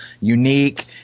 unique